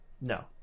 No